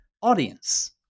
audience